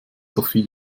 sophie